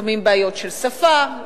לפעמים בעיות של שפה,